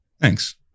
Thanks